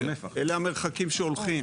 אלה המרחקים שהולכים.